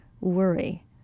worry